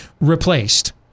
replaced